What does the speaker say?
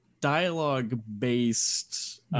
dialogue-based